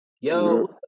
Yo